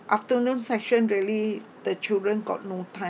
afternoon session really the children got no time